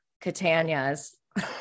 Catania's